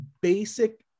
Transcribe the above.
basic